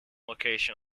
location